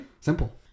simple